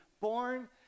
born